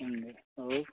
ହଉ